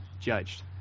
judged